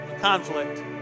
conflict